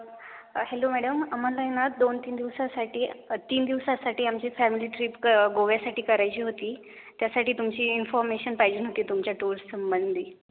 hello madam आम्हाला आहे ना दोन तीन दिवसासाठी तीन दिवसासाठी आमची फॅमिली ट्रीप क गोव्यासाठी करायची होती त्यासाठी तुमची इन्फॉर्मेशन पाहिजे होती तुमच्या टूर्ससंंबंधी